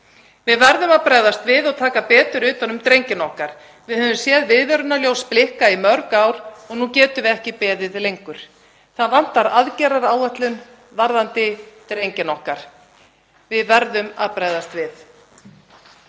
Við verðum að bregðast við og taka betur utan um drengina okkar. Við höfum séð viðvörunarljós blikka í mörg ár og nú getum við ekki beðið lengur. Það vantar aðgerðaáætlun varðandi drengina okkar. Við verðum að bregðast við.